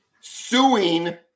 suing